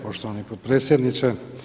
Poštovani potpredsjedniče!